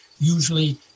Usually